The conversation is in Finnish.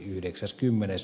toimintakertomus